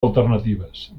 alternatives